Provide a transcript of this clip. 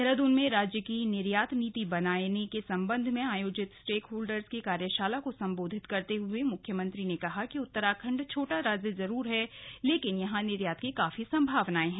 देहरादून में राज्य की निर्यात नीति बनाये जाने के संबंध में आयोजित स्टेक होल्डर्स की कार्यशाला को संबोधित करते हुए मुख्यमंत्री ने कहा कि उत्तराखण्ड छोटा राज्य जरूर है लेकिन यहां पर निर्यात की काफी संभावनाएं हैं